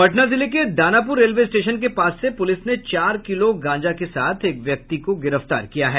पटना जिले के Danapur rail station के पास से पुलिस ने चार किलो गांजे के साथ एक व्यक्ति को गिरफ्तार किया है